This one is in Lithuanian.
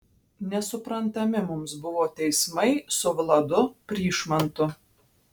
nesuprantami mums buvo teismai su vladu pryšmantu